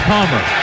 Palmer